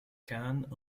khan